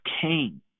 Cain